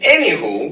Anywho